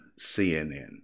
CNN